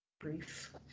brief